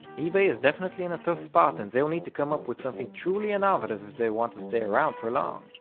ebay is definitely in a tough spot and they will need to come up with something truly innovative if they want to stay around for long.